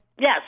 Yes